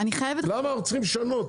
למה אנחנו צריכים לשנות.